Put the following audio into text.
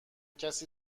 کسی